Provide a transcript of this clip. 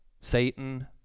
Satan